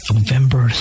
November